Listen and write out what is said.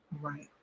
Right